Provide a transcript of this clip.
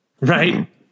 Right